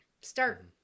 start